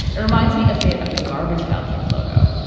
it reminds me a bit of the garbage pail kids logo,